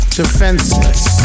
defenseless